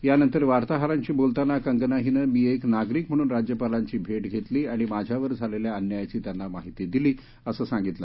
यानंतर वार्ताहरांशी बोलताना कंगणा हिनं मी एक नागरिक म्हणून राज्यपालांची भेट घेतली आणि माझ्यावर झालेल्या अन्यायाची त्यांना माहिती दिली असं सांगितलं